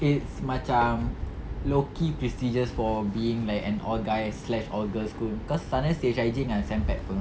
it's macam low-key prestigious for being an all guys slash all girls school cause sana C_H_I_J dengan saint pat~ [pe]